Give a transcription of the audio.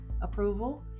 approval